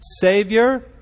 Savior